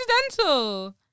coincidental